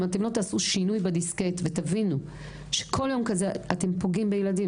אם אתם לא תעשו שינוי בדיסקט ותבינו שכל יום כזה אתם פוגעים בילדים,